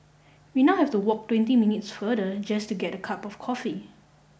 we now have to walk twenty minutes farther just to get a cup of coffee